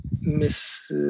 Miss